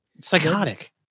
psychotic